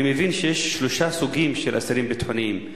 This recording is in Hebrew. אני מבין שיש שלושה סוגים של אסירים ביטחוניים: